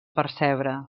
percebre